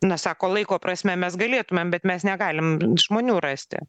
na sako laiko prasme mes galėtumėm bet mes negalim žmonių rasti